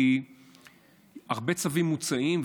כי הרבה צווים מוצאים,